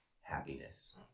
happiness